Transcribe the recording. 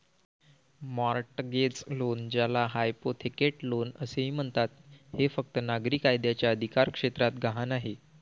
mortgage loan, ज्याला hypothecate loan असेही म्हणतात, हे फक्त नागरी कायद्याच्या अधिकारक्षेत्रात गहाण आहे